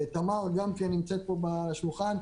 תמר גם נמצאת פה בשולחן,